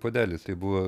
puodelis tai buvo